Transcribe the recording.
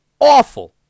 awful